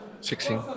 Sixteen